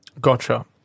Gotcha